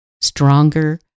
stronger